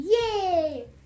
yay